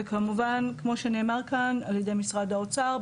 וכמובן כמו שנאמר כאן על ידי משרד האוצר,